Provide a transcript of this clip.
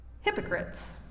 hypocrites